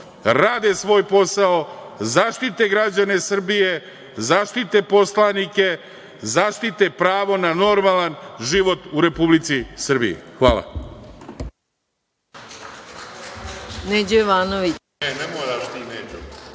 rade svoj posao, zaštite građane Srbije, zaštite poslanike, zaštite pravo na normalan život u Republici Srbiji. Hvala.